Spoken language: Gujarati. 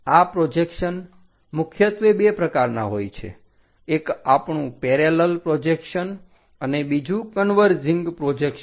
આ પ્રોજક્શન મુખ્યત્વે બે પ્રકારના હોય છે એક આપણું પેરેલલ પ્રોજેક્શન અને બીજુ કન્વર્જિંગ પ્રોજેક્શન